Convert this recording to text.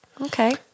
Okay